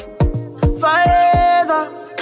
Forever